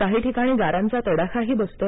काही ठिकाणी गारांचा तडाखाही बसतो